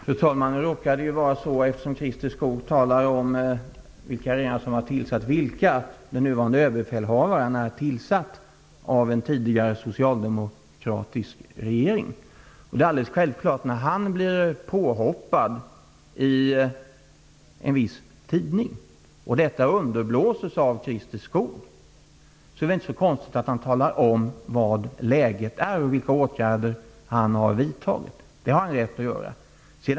Fru talman! Eftersom Christer Skoog talar om vilka regeringar som tillsatt vilka befattningshavare, vill jag erinra om att den nuvarande överbefälhavaren är tillsatt av en tidigare socialdemokratisk regering. När denne befälhavaren blir påhoppad i en viss tidning -- och detta underblåses av Christer Skoog -- talar självfallet denne befälhavare om hur läget är och vilka åtgärder som han har vidtagit. Det har han rätt att göra.